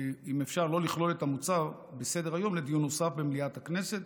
אם אפשר לא לכלול את המוצע בסדר-היום לדיון נוסף במליאת הכנסת.